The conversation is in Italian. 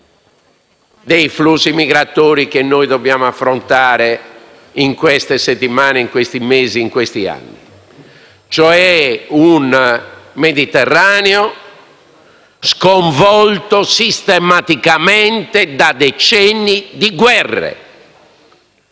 dei flussi migratori che noi dobbiamo affrontare in queste settimane, in questi mesi e in questi anni, cioè un Mediterraneo sconvolto sistematicamente da decenni di guerre,